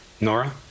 Nora